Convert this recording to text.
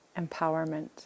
empowerment